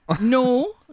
No